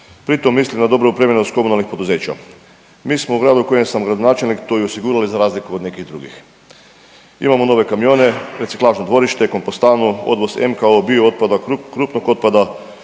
pritom mislim na dobru opremljenost komunalnih poduzeća. Mi smo u gradu u kojem sam gradonačelnik to i osigurali za razliku od nekih drugih. Imamo nove kamione, reciklažno dvorište, kompostanu, odvoz MKO, biotopada, krupnog otpada,